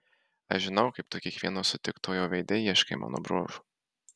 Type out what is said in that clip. aš žinau kaip tu kiekvieno sutiktojo veide ieškai mano bruožų